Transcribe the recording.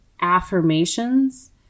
affirmations